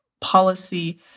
policy